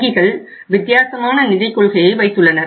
வங்கிகள் வித்தியாசமான நிதிக் கொள்கையை வைத்துள்ளனர்